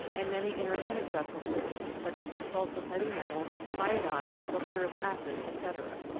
and many inorganic substances, such as the salts of heavy metals, iodine, sulphurous acid, etc.